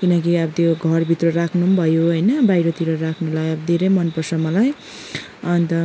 किनकि अब त्यो घरभित्र राख्नु पनि भयो होइन बाहिरतिर राख्नुलाई अब धेरै मनपर्छ मलाई अन्त